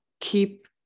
keep